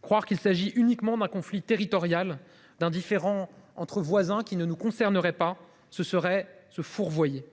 Croire qu’il s’agit uniquement d’un conflit territorial, d’un différend entre voisins qui ne nous concernerait pas, serait se fourvoyer.